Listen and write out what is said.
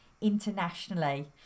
internationally